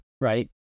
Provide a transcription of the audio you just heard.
right